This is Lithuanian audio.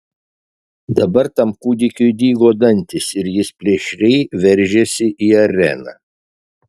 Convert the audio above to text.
dabar tam kūdikiui dygo dantys ir jis plėšriai veržėsi į areną